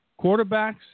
quarterbacks